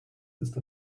ist